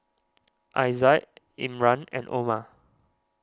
Aizat Imran and Omar